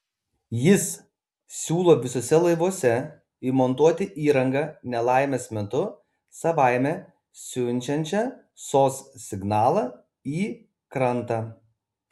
jis siūlo visuose laivuose įmontuoti įrangą nelaimės metu savaime siunčiančią sos signalą į krantą